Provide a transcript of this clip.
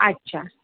अच्छा